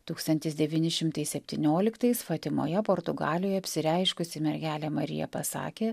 tūkstantis devyni šimtai septynioliktais fatimoje portugalijoj apsireiškusi mergelė marija pasakė